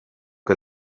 que